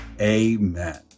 Amen